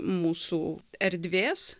mūsų erdvės